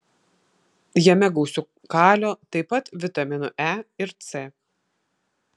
jame gausu kalio taip pat vitaminų e ir c